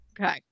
Okay